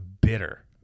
bitter